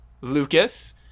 Lucas